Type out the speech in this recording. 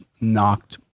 knocked